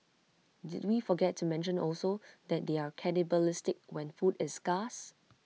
did we forget to mention also that they're cannibalistic when food is scarce